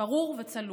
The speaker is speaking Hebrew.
ברור וצלול.